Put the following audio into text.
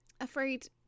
Afraid